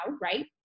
right